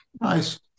Nice